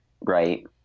Right